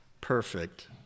perfect